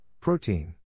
protein